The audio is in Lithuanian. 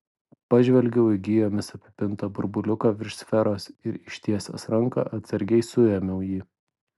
pažvelgiau į gijomis apipintą burbuliuką virš sferos ir ištiesęs ranką atsargiai suėmiau jį